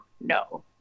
No